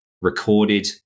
recorded